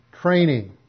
training